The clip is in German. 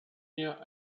mir